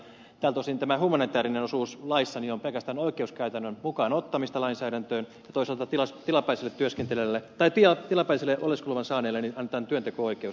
tältä osin tämä humanitäärinen osuus laissa on pelkästään oikeuskäytännön mukaan ottamista lainsäädäntöön tai sotatilassa tilapäiset työskentelevät tai tilat ja toisaalta tilapäisen oleskeluluvan saaneille annetaan työnteko oikeus